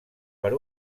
per